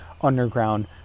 underground